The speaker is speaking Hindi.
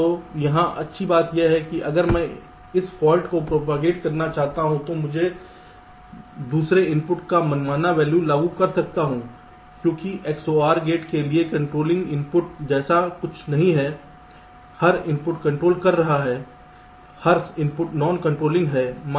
तो यहां अच्छी बात यह है कि अगर मैं इस फाल्ट का प्रोपागेट करना चाहता हूं तो मैं दूसरे इनपुट पर मनमाना वैल्यू लागू कर सकता हूं क्योंकि XOR गेट के लिए कंट्रोलिंग इनपुट जैसा कुछ नहीं है हर इनपुट कंट्रोल कर रहा है हर इनपुट नॉन कंट्रोलिंग है